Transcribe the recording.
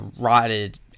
rotted